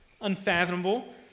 unfathomable